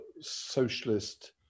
socialist